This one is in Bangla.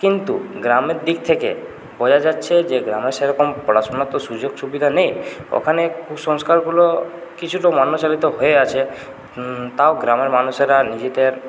কিন্তু গ্রামের দিক থেকে বোঝা যাচ্ছে যে গ্রামে সেরকম পড়াশোনার তো সুযোগ সুবিধা নেই ওখানে কুসংস্কারগুলো কিছুটা হয়ে আছে তাও গ্রামের মানুষেরা নিজেদের